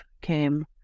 came